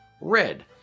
red